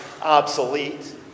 obsolete